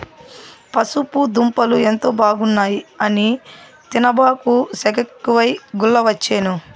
పసుపు దుంపలు ఎంతో బాగున్నాయి అని తినబాకు, సెగెక్కువై గుల్లవచ్చేను